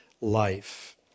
life